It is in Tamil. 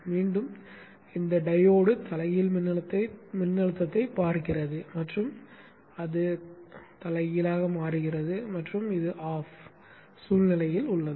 மீண்டும் இந்த டையோடு தலைகீழ் மின்னழுத்தத்தைப் பார்க்கிறது மற்றும் அது தலைகீழாக மாறுகிறது மற்றும் ஆஃப் சூழ்நிலையில் உள்ளது